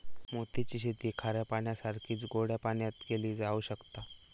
मोती ची शेती खाऱ्या पाण्यासारखीच गोड्या पाण्यातय केली जावक शकता